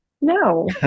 No